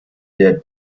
der